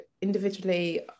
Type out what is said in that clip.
individually